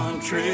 Country